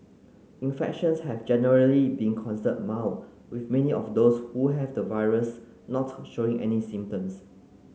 infections have generally been considered mild with many of those who have the virus not showing any symptoms